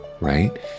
right